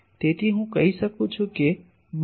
તેથી હું એમ કહી શકું કે બંને છે